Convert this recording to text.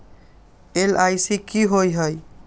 LIC की होअ हई?